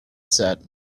set